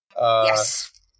Yes